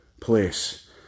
place